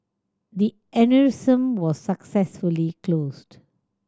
the aneurysm was successfully closed